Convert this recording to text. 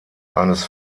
eines